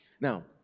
Now